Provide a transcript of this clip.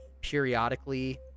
periodically